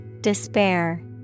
Despair